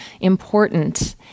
important